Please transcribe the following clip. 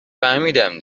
فهمیدم